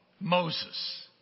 Moses